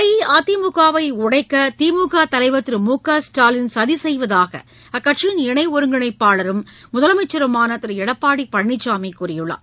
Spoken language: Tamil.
அஇஅதிமுகவை உடைக்க திமுக தலைவர் திரு மு க ஸ்டாவின் சதி செய்வதாக அக்கட்சியின் இணை ஒருங்கிணைப்பாளரும் முதலமைச்சருமான திரு எடப்பாடி பழனிசாமி கூறியுள்ளார்